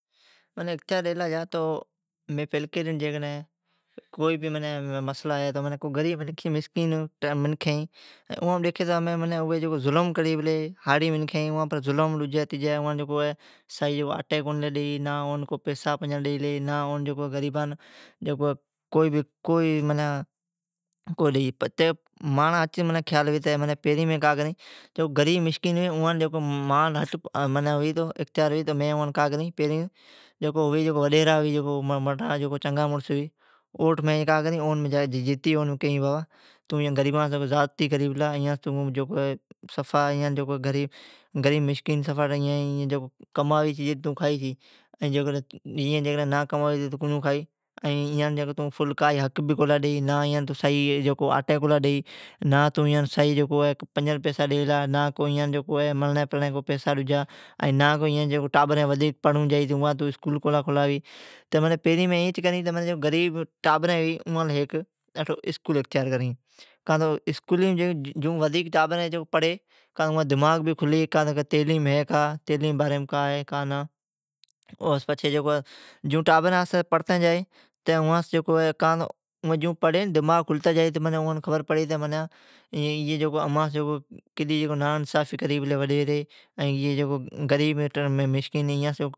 پلیکی ڈن منی اختیار ڈیلا جا تو مین غریب مسکین ھاڑی باڑی جکان جی آٹی بید کرلی جا چھئ، اڈا ظلم کری چھے، پیرین می کا کرین تو گا جا وڈیرا ھی اوٹھ جتی کئین کہ تو ایاں سی ذیادتی پلا کری ائین کمائی تو تون کھئی چھی ۔ ایے جیکڈھن نا کماوی تو تون کو کھائی۔ این نا تو ایان فصل ھیک لا ڈٖیئی نا آٹی لان ڈی ،نا کو مراری پرڑی پیسا لا ڈئی ۔ نا کو ایان جی ٹابر ڈجی پڑون جا تو اوا تو اسکول کو لا کھولائی ، جو ودیک جائی۔ پرین مین این کرین تو غریب ٹابرین ھوی اوا لی ھیک اسکول اختیار کرا وین ،کو اوین پڑھی تو اوا جی دماغ کھلی تو تعلیم ھی کو این ھا بھی خبر پڑی تو ائی وڈیری اماس کیڑیا ناانصفیا کری لپی ۔